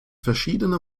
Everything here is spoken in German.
verschiedene